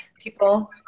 people